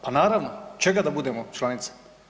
Pa naravno, čega da budemo članica?